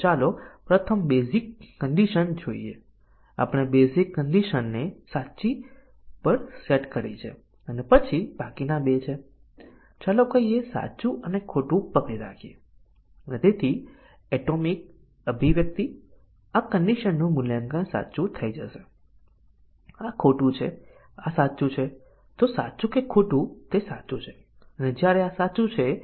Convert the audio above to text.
હવે ચાલો આપણે કેટલાક ઉદાહરણો જોઈએ કે સામાન્ય રીતે કમ્પાઇલર શોર્ટ સર્કિટનું મૂલ્યાંકન કરે છે જો આપણી પાસે a 30 અને b 50 એ કન્ડિશન અભિવ્યક્તિ છે તો આપણે જાણીએ છીએ કે પ્રથમ તેનું મૂલ્યાંકન ડાબી બાજુએથી મૂલ્યાંકન કરતું નથી અને પ્રથમ એક ખોટી રીતે મૂલ્યાંકન કરવામાં આવે છે પછી તેને બીજી કન્ડિશન નું મૂલ્યાંકન કરવાની જરૂર નથી